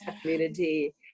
community